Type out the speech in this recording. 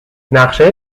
نقشه